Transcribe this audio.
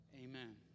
Amen